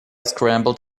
scrambled